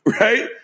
right